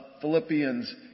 Philippians